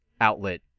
outlet